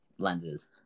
lenses